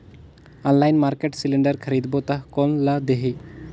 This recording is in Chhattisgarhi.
ऑनलाइन मार्केट सिलेंडर खरीदबो ता कोन ला देही?